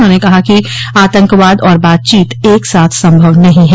उन्होंने कहा कि आतंकवाद और बातचीत एक साथ संभव नहीं है